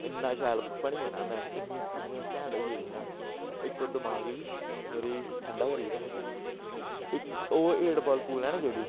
इन्ना शैल बनी जाना में इन्नी अक्खां मेरी कैंट होई गेदियां इक ओह् दमाग गी बी मेरी ठंडा करियै रखदी इक ओह् हेट बाल पूल ऐ न जेह्ड़ी